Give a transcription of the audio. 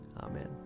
Amen